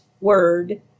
word